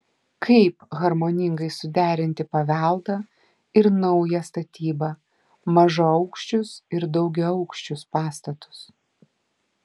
kaip harmoningai suderinti paveldą ir naują statybą mažaaukščius ir daugiaaukščius pastatus